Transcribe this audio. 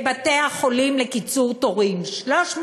לקיצור תורים בבתי-החולים.